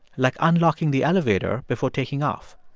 like unlocking the elevator before taking off.